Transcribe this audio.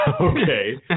Okay